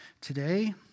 Today